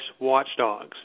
watchdogs